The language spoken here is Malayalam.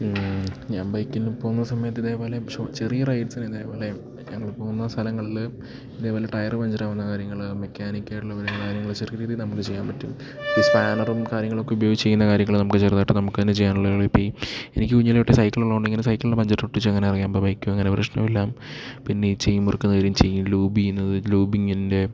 ഞാൻ ബൈക്കിന് പോകുന്ന സമയത്ത് ഇതേപോലെ ചൊ ചെറിയ റൈഡ്സിന് ഇതേപോലെ ഞങ്ങള് പോകുന്ന സ്ഥങ്ങളില് ഇതേപോലെ ടയറ് പഞ്ചറാവുന്ന കാര്യങ്ങള് മെക്കാനിക്കായുള്ള കാര്യങ്ങള് ചെറിയീതി നംക്ക് ചെയ്യാൻ പറ്റും ഈ സ്പാനറും കാര്യങ്ങളൊക്ക ഉപയോയ്ച് കാര്യങ്ങള് ചേർതായിട്ടൊക്കെ നാംകന്നെ ചെയ്യാനുള്ള ഇപ്പ എനിക്കു ഞൊലെതൊട്ട് സൈക്കിളുള്ളോണ്ട് ഇങ്ങനെ സൈക്കിളില് പഞ്ചറ് ഒട്ടി അങ്ങന അറിയാം അപ്പ ബൈക്കങ്ങനെ പ്രശ്നോല്ല പിന്നെ ഈ ചെയിൻ മുറുക്കുന്ന കാര്യം ചെയിൻ ലൂബിയുന്നത് ലൂബിങ്ങിൻ്റെ